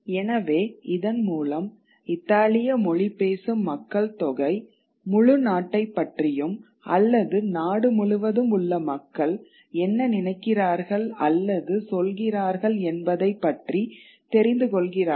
எனவே இதன் மூலம் இத்தாலிய மொழி பேசும் மக்கள்தொகை முழு நாட்டைப் பற்றியும் அல்லது நாடு முழுவதும் உள்ள மக்கள் என்ன நினைக்கிறார்கள் அல்லது சொல்கிறார்கள் என்பதை பற்றி தெரிந்துகொள்கிறார்கள்